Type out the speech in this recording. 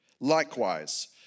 Likewise